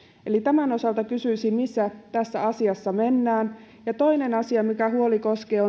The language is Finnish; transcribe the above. eli tämän osalta kysyisin missä tässä asiassa mennään toinen asia mistä on huoli koskee